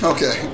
Okay